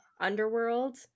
underworld